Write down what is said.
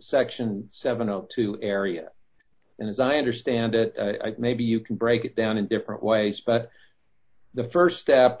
section seven o two area and as i understand it maybe you can break it down in different ways but the st step